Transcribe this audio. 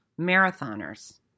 marathoners